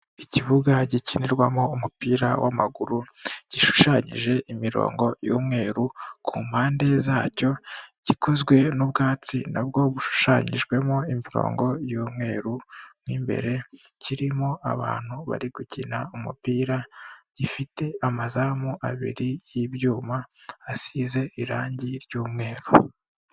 Ikibuga gikinirwamo umupira w'amaguru gishushanyije imirongo y'umweru, ku mpande zacyo gikozwe n'ubwatsi nabwo bushushanyijwemo imirongo y'umweru, n'imbere kirimo abantu bari gukina umupira, gifite amazamu abiri y'ibyuma asize irangi ry'umweru.